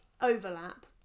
overlap